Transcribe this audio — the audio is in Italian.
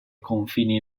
confini